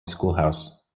schoolhouse